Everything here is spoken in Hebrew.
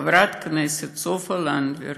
חברת הכנסת סופה לנדבר.